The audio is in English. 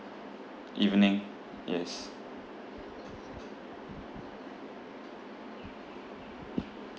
evening yes